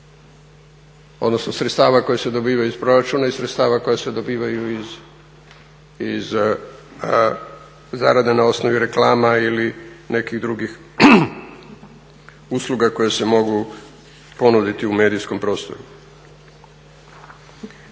odnosno sredstava koja se dobivaju iz proračuna i sredstava koja se dobivaju iz zarade na osnovi reklama ili nekih drugih usluga koje se mogu ponuditi u medijskom prostoru.